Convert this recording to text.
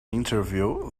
interview